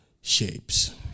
shapes